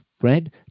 Fred